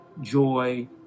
joy